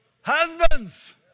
Husbands